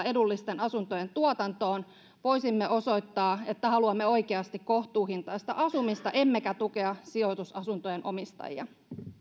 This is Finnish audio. edullisten asuntojen tuotantoon voisimme osoittaa että haluamme oikeasti kohtuuhintaista asumista emmekä tukea sijoitusasuntojen omistajia